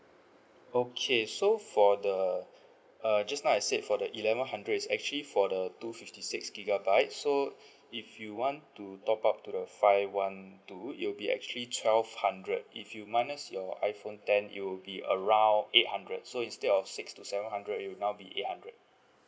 okay so for the err just now I said for the eleven hundred it's actually for the two fifty six gigabyte so if you want to top up to the five one two it will be actually twelve hundred if you minus your iphone ten it will be around eight hundred so instead of six to seven hundred it will now be eight hundred